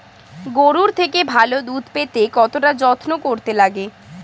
গরুর থেকে ভালো দুধ পেতে কতটা যত্ন করতে লাগে